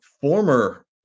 former